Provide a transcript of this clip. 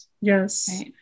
yes